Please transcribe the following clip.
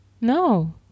No